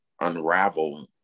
unravel